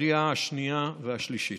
בקריאה השנייה והשלישית.